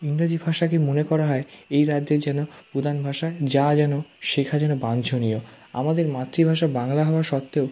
ইংরাজি ভাষাকে মনে করা হয় এই রাজ্যে যেন প্রধান ভাষা যা জানো শেখা যেন বাঞ্ছনীয় আমাদের মাতৃভাষা বাংলা হওয়া সত্ত্বেও